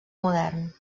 modern